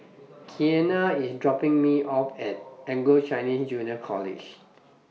Keanna IS dropping Me off At Anglo Chinese Junior College